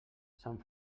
sant